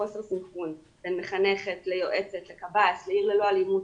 חוסר סנכרון בין מחנכת ליועצת לקב"ס לעיר ללא אלימות,